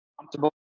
comfortable